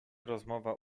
rozmowa